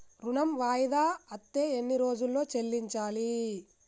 ఋణం వాయిదా అత్తే ఎన్ని రోజుల్లో చెల్లించాలి?